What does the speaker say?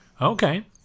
Okay